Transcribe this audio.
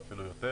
ואפילו יותר.